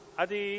adi